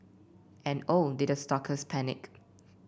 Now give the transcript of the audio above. and oh did the stalkers panic